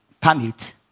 permit